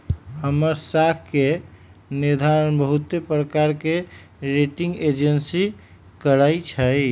हमर साख के निर्धारण बहुते प्रकार के रेटिंग एजेंसी करइ छै